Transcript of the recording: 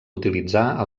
utilitzar